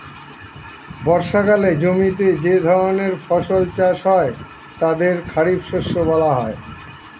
বর্ষাকালে জমিতে যে ধরনের ফসল চাষ হয় তাদের খারিফ শস্য বলা হয়